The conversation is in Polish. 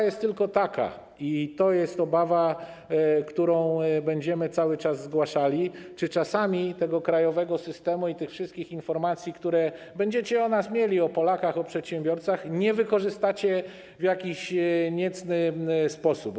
Jest tylko taka obawa - to jest obawa, którą cały czas będziemy zgłaszali - czy czasami tego krajowego systemu i wszystkich informacji, które będziecie o nas mieli - o Polakach, o przedsiębiorcach - nie wykorzystacie w jakiś niecny sposób.